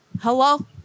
Hello